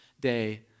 day